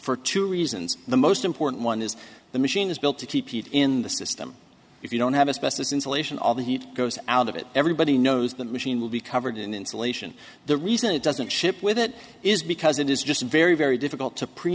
for two reasons the most important one is the machine is built to keep in the system if you don't have a specialist insulation all the heat goes out of it everybody knows the machine will be covered in insulation the reason it doesn't ship with it is because it is just very very difficult to pre